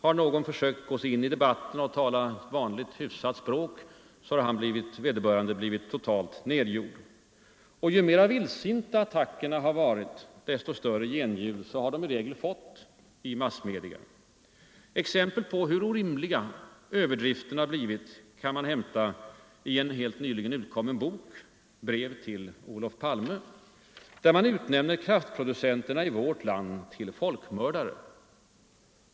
Har någon försökt gå in i debatten och tala vanligt, hyfsat språk har vederbörande blivit totalt nedgjord. Och ju mer vildsinta attackerna har varit, desto större genljud har de i regel fått i massmedia. Exempel på hur orimliga överdrifterna blivit kan man hämta i en helt nyligen utkommen bok, ”Brev till Olof Palme”, där man utnämner kraftproducenterna i vårt land till folkmördare.